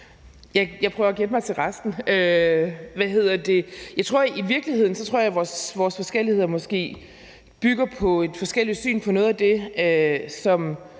Jeg prøver at gætte mig til resten. Jeg tror i virkeligheden, at vores forskelligheder måske bygger på et forskelligt syn på noget af det,